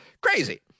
Crazy